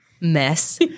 mess